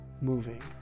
moving